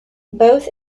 both